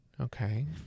Okay